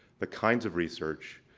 the kinds of research,